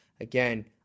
again